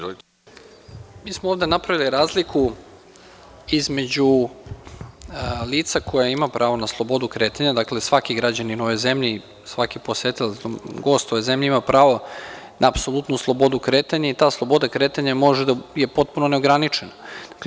Mi smo ovde napravili razliku između lica koje ima pravo na slobodu kretanja, dakle svaki građanin ove zemlje i svaki posetilac, gost ove zemlje, ima pravo na apsolutnu slobodu kretanja i ta sloboda kretanja može da je potpuno neograničena.